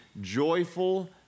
joyful